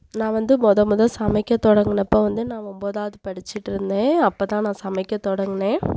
நான் வந்து முத முத சமைக்க தொடங்கினப்ப வந்து நான் ஒம்பதாவது படிச்சிட்டிருந்தேன் அப்போதான் நான் சமைக்க தொடங்கினேன்